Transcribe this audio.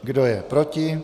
Kdo je proti?